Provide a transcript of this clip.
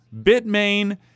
Bitmain